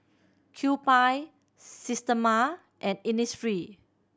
Kewpie Systema and Innisfree